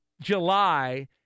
July –